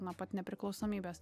nuo pat nepriklausomybės